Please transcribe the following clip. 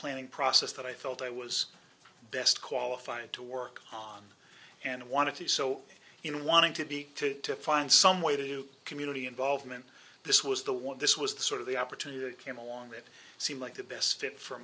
planning process that i felt i was best qualified to work on and i wanted to do so in wanting to be to find some way to do community involvement this was the one this was the sort of the opportunity came along it seemed like the best fit for